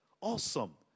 awesome